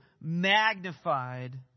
magnified